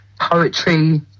poetry